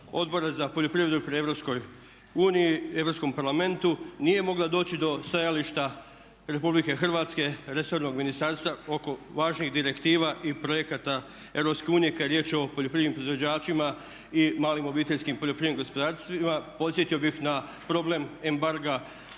Odboru za poljoprivredu pri Europskom parlamentu nije mogla doći do stajališta Republike Hrvatske, resornog ministarstva oko važnih direktiva i projekata EU kad je riječ o poljoprivrednim proizvođačima i malim obiteljskim poljoprivrednim gospodarstvima. Podsjetio bih na problem embarga